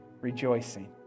rejoicing